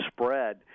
spread